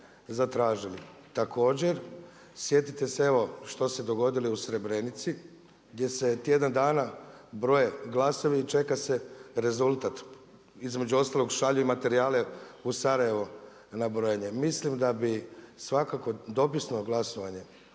zatražili. Također, sjetite se evo što se je dogodilo i u Srebrenici gdje se tjedan dana broje glasovi i čeka se rezultat. Između ostalog šalju i materijale u Sarajevo na brojenje. Mislim da bi svakako dopisno glasovanje